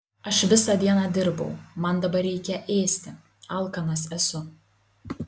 aš visą dieną dirbau man dabar reikia ėsti alkanas esu